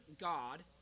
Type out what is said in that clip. God